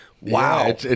Wow